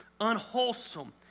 unwholesome